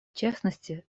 частности